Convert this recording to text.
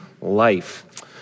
life